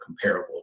comparable